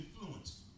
influence